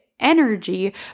energy